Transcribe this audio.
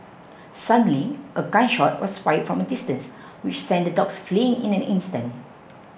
suddenly a gun shot was fired from a distance which sent the dogs fleeing in an instant